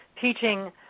teaching